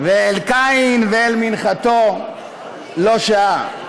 ואל קין ואל מנחתו לא שעה".